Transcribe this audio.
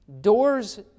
Doors